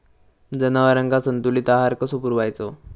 जनावरांका संतुलित आहार कसो पुरवायचो?